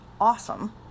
awesome